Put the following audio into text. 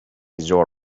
your